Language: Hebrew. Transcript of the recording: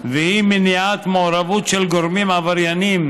והיא מניעת מעורבות של גורמים עברייניים